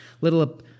little